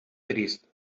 trist